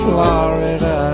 Florida